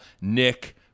Nick